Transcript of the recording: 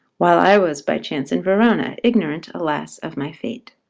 while i was by chance in verona, ignorant, alas! of my fate.